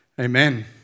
Amen